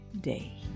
day